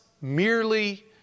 merely